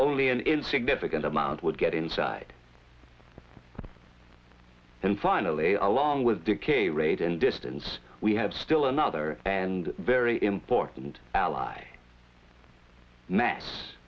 only an insignificant amount would get inside and finally along with the cane rate and distance we have still another and very important ally mass